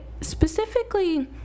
specifically